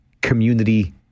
community